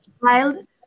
child